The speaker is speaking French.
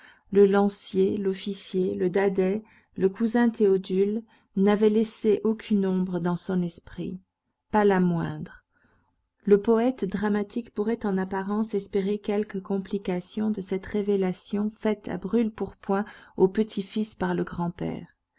le lancier l'officier le dadais le cousin théodule n'avait laissé aucune ombre dans son esprit pas la moindre le poète dramatique pourrait en apparence espérer quelques complications de cette révélation faite à brûle-pourpoint au petit-fils par le grand-père